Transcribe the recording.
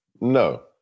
No